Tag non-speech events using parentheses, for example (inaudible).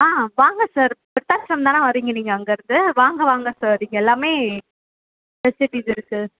ஆ வாங்க சார் (unintelligible) வரீங்க நீங்கள் அங்கிருந்து வாங்க வாங்க சார் இங்கே எல்லாமே ஃபெசிலிட்டீஸ் இருக்குது